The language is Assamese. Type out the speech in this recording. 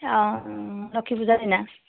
অঁ লক্ষী পূজাৰ দিনা